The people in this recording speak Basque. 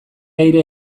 aire